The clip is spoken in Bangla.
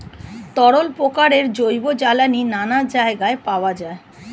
তরল প্রকারের জৈব জ্বালানি নানা জায়গায় পাওয়া যায়